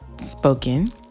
spoken